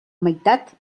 meitat